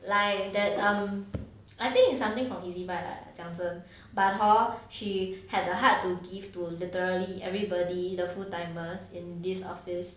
like that um I think it's something from ezbuy leh 讲真 but hor she had the heart to give to literally everybody the full timers in this office